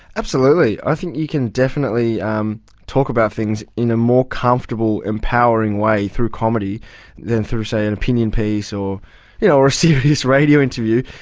absolutely. i think you can definitely um talk about things in a more comfortable, empowering way through comedy than through, say, an opinion piece or you know a serious radio interview,